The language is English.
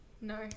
No